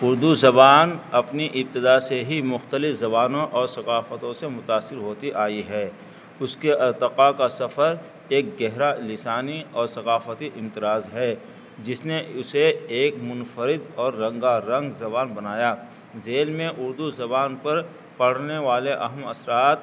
اردو زبان اپنی ابتدا سے ہی مختلف زبانوں اور ثقافتوں سے متاثر ہوتی آئی ہے اس کے اتقاء کا سفر ایک گہرا لسانی اور ثقافتی امتراج ہے جس نے اسے ایک منفرد اور رنگا رنگ زبان بنایا ذیل میں اردو زبان پر پڑھنے والے اہم اثرات